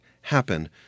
happen